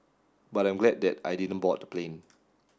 but I'm glad that I didn't board the plane